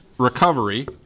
recovery